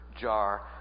jar